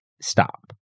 stop